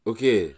Okay